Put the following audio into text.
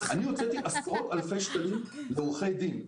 אני הוצאתי עשרות אלפי שקלים לעורכי דין,